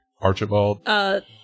Archibald